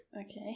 Okay